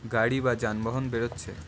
গাড়ি বা যানবাহন বেরচ্ছে